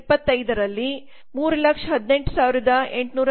2005 ರಲ್ಲಿ 113744ರೂ